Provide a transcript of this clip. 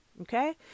okay